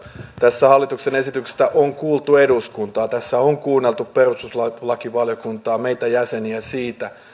tässä hallituksen esityksessä on kuultu eduskuntaa tässä on kuunneltu perustuslakivaliokuntaa meitä jäseniä siitä